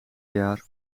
jaar